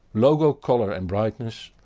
logo colour and brightness,